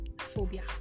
phobia